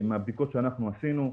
מהבדיקות שאנחנו עשינו,